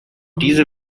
diese